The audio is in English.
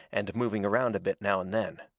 and moving around a bit now and then.